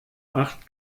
acht